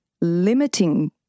limiting